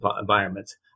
environments